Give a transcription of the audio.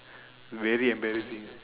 very embarrassing